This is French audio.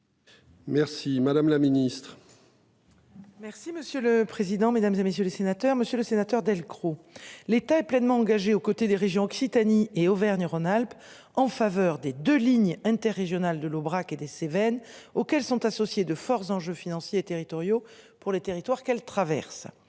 Merci madame la ministre. Merci monsieur le président, Mesdames, et messieurs les sénateurs, Monsieur le Sénateur Delcros. L'État est pleinement engagée aux côtés des régions Occitanie et Auvergne-Rhône-Alpes en faveur des deux lignes interrégionales de l'Aubrac et des Cévennes auquel sont associés de forts enjeux financiers territoriaux pour les territoires qu'elle traverse,